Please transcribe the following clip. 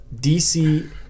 DC